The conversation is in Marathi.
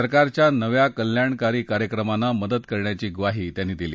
सरकारच्या नव्या कल्याणकारी कार्यक्रमांना मदत करण्याची ग्वाही त्यांनी दिली